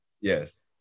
Yes